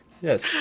Yes